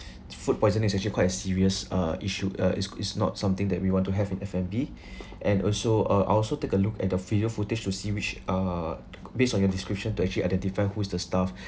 food poisoning is actually quite a serious uh issue uh is is not something that we want to have in F&B and also uh I'll also take a look at the video footage to see which uh based on your description to actually identify who is the staff